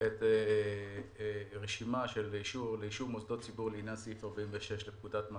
את הרשימה לאישור מוסדות ציבור לעניין סעיף 46 לפקודת מס